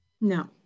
No